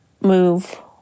move